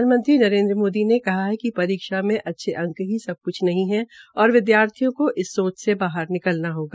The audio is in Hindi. प्रधानमंत्री नरेन्द्र मोदी ने कहा है कि परीक्ष में अच्दे अंक ही सब क्छ नहीं है और विद्यार्थियों को इस सोच से बाहर निकलना चाहिए